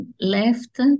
left